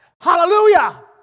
Hallelujah